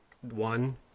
one